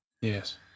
Yes